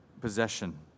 possession